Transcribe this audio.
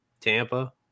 Tampa